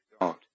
God